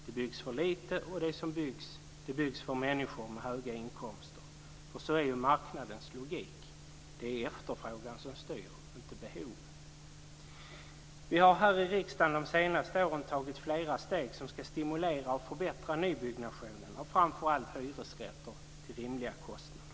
Det byggs för lite, och det som byggs är för människor med höga inkomster. Så är marknadens logik. Det är efterfrågan som styr, inte behoven. Vi har här i riksdagen de senaste åren tagit flera steg som ska stimulera och förbättra nybyggnationen av framför allt hyresrätter till rimliga kostnader.